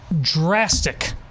drastic